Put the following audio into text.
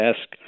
ask